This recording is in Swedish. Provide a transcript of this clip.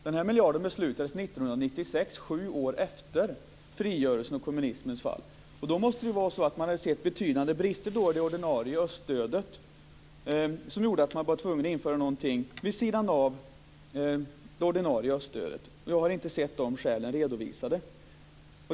Den här miljarden beslutades 1996, sju år efter kommunismens fall, och det måste bero på att man såg betydande brister i det ordinarie öststödet så att man var tvungen att införa någonting vid sidan av detta. Jag har inte sett de skälen redovisade.